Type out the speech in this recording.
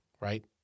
right